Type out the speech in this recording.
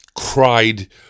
cried